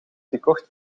gekocht